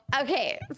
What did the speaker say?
okay